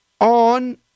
on